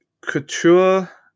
Couture